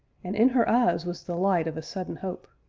and in her eyes was the light of a sudden hope.